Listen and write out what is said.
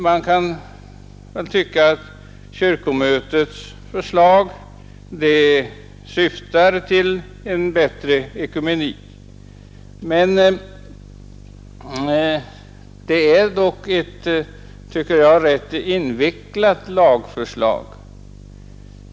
Man kan väl tycka att kyrkomötets förslag syftar till en bättre ekumenik, men det är dock, enligt min mening, ett rätt invecklat lagförslag.